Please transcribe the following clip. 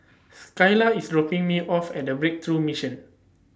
Skyla IS dropping Me off At Breakthrough Mission